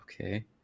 okay